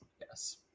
Yes